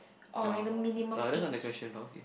ah that's not the question but okay